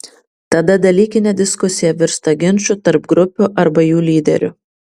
tada dalykinė diskusija virsta ginču tarp grupių arba jų lyderių